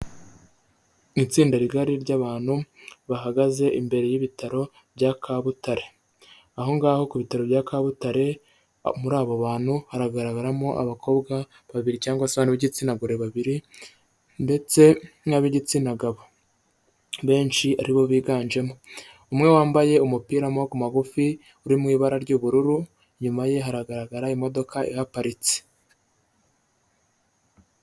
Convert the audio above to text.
Itsinda rigari ry'abantu, bahagaze imbere y'ibitaro bya Kabutare. Aho ngaho ku bitaro bya Kabutare muri abo bantu, haragaragaramo abakobwa babiri cyangwa se b'igitsina gore babiri ndetse n'ab'igitsina gabo benshi aribo biganjemo. Umwe wambaye umupira w'amaboko magufi uri mu ibara ry'ubururu, inyuma ye haragaragara imodoka iparitse.